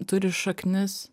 turi šaknis